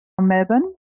Melbourne